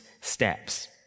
steps